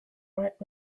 right